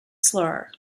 slur